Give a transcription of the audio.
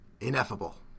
Ineffable